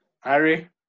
Harry